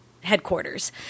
headquarters